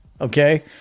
Okay